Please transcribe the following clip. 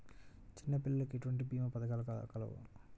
చిన్నపిల్లలకు ఎటువంటి భీమా పథకాలు కలవు?